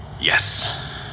Yes